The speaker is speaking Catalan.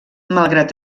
malgrat